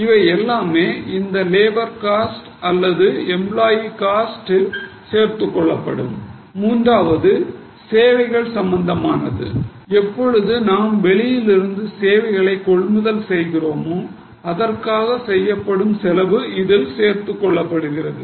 இவை எல்லாமே இந்த லேபர் காஸ்ட் அல்லது எம்பிளாயி காஸ்ட்ல் சேர்த்துக்கொள்ளப்படும் மூன்றாவது சேவைகள் சம்பந்தமானது எப்பொழுது நாம் வெளியில் இருந்து சேவைகளை வாங்குகிறோமோ அதற்காக செய்யப்படும் செலவு இதில் சேர்த்துக் கொள்ளப்படுகிறது